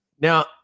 Now